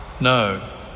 No